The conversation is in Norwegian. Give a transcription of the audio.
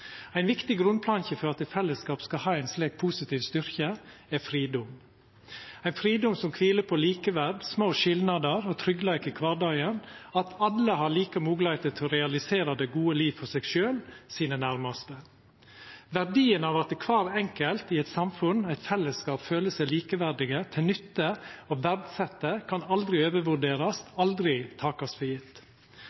Ein viktig grunnplanke for at fellesskapet skal ha ein slik positiv styrke, er fridom – ein fridom som kviler på likeverd, små skilnader og tryggleik i kvardagen, og at alle har like moglegheiter til å realisera det gode liv for seg sjølv og sine nærmaste. Verdien av at kvar enkelt i eit samfunn – eit fellesskap – føler seg likeverdige, til nytte og verdsette, kan aldri overvurderast